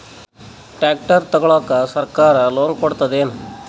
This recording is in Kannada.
ಟ್ರ್ಯಾಕ್ಟರ್ ತಗೊಳಿಕ ಸರ್ಕಾರ ಲೋನ್ ಕೊಡತದೇನು?